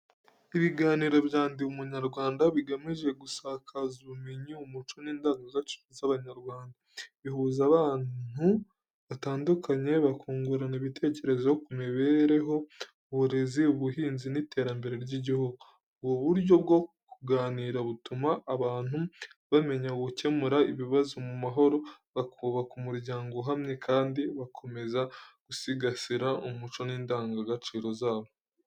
Ibiganiro bya Ndi Umunyarwanda bigamije gusakaza ubumenyi, umuco n’indangagaciro z’Abanyarwanda. Bihuza abantu batandukanye, bakungurana ibitekerezo ku mibereho, uburezi, ubuhinzi n’iterambere ry’igihugu. Ubu buryo bwo kuganira butuma abantu bamenya gukemura ibibazo mu mahoro, bakubaka umuryango uhamye kandi bakomeza gusigasira umuco n’indangagaciro zabo.